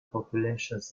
populations